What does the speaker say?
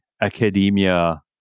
academia